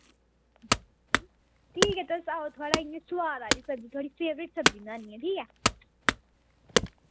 ठीक ऐ तुस आओ थुआढ़ा इ'य्यां सोआद आह्ली सब्जी थुआढ़ी फेवरेट सब्जी बनानी आं ठीक ऐ